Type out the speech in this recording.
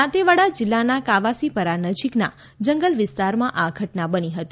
દાંતેવાડા જિલ્લાના કાવાસીપરા નજીકના જંગલ વિસ્તારમાં આ ઘટના બની હતી